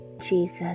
Jesus